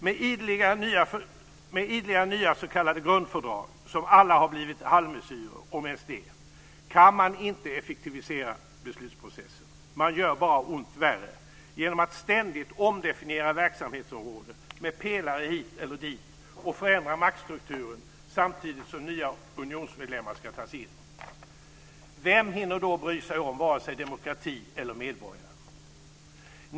Med ideliga nya s.k. grundfördrag, som alla har blivit halvmesyrer - om ens det - kan man inte effektivisera beslutsprocessen. Man gör bara ont värre genom att ständigt omdefiniera verksamhetsområden med pelare hit eller dit och förändra maktstrukturer samtidigt som nya unionsmedlemmar ska tas in. Vem hinner då bry sig om vare sig demokrati eller medborgare?